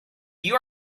you